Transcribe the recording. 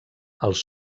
els